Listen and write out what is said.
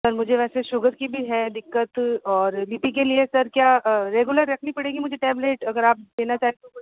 sir मुझे वैसे sugar की भी है दिक्कत और बी पी के लिए सर क्या रेगुलर रखनी पड़ेगी मुझे टेबलेट अगर आप देना चाहें तो कोई